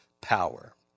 power